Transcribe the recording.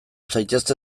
zaitezte